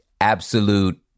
absolute